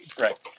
Right